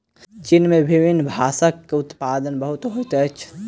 चीन में विभिन्न बांसक उत्पादन बहुत होइत अछि